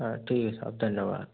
हाँ ठीक है साहब धन्यवाद